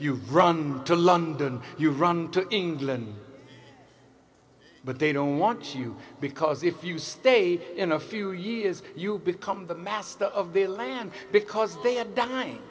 you run to london you run to england but they don't want you because if you stay in a few years you'll become the master of the land because they